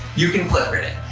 you can flipgrid it.